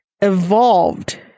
evolved